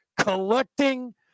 collecting